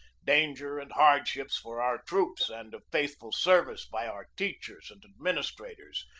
danger, and hardships for our troops and of faithful service by our teachers and administrators,